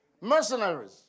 Mercenaries